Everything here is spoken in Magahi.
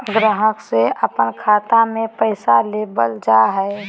ग्राहक से अपन खाता में पैसा लेबल जा हइ